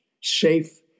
safe